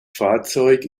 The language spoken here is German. fahrzeug